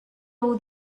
all